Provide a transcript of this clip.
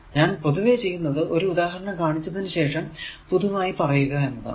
ഞാൻ പൊതുവെ ചെയ്യുന്നത് ഒരു ഉദാഹരണം കാണിച്ചതിന് ശേഷം പൊതുവായി പറയുക എന്നതാണ്